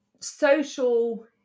social